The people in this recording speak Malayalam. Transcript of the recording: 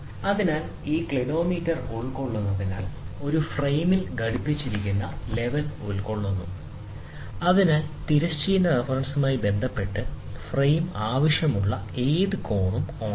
അതിനാൽ ഈ ക്ലിനോമീറ്റർ ഉൾക്കൊള്ളുന്നതിനാൽ ഒരു ഫ്രെയിമിൽ ഘടിപ്പിച്ചിരിക്കുന്ന ഒരു ലെവൽ ഉൾക്കൊള്ളുന്നു അതിനാൽ തിരശ്ചീന റഫറൻസുമായി ബന്ധപ്പെട്ട് ഫ്രെയിം ആവശ്യമുള്ള ഏത് കോണിലും ഓണാക്കാം